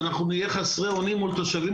שאנחנו נהיה חסרי אונים מול התושבים